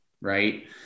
Right